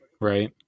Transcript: Right